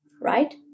right